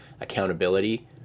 accountability